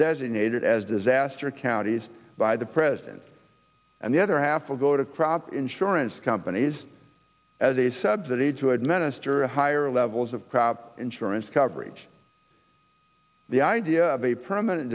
designated as disaster counties by the president and the other half will go to crop insurance companies as a subsidy to add honester higher levels of crop insurance coverage the idea of a permanent